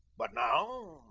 but now,